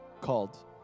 called